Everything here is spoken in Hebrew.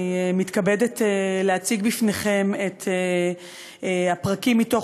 אני מתכבדת להציג בפניכם את הפרקים מחוק